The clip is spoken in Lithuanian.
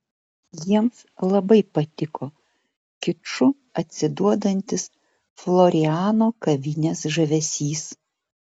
jiems labai patiko kiču atsiduodantis floriano kavinės žavesys